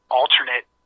alternate